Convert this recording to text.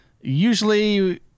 usually